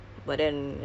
ya my